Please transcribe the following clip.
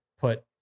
put